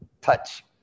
touch